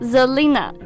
,Zelina